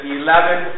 eleven